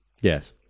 Yes